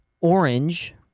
orange